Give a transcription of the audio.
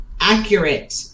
accurate